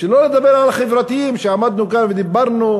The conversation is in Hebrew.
שלא לדבר על החברתיים, שעמדנו כאן ודיברנו,